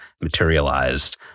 materialized